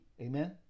Amen